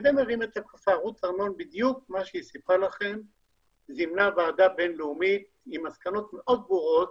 רות ארנון זימנה ועדה בין-לאומית עם מסקנות מאוד ברורות,